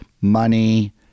money